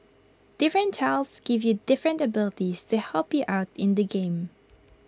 different tiles give you different abilities to help you out in the game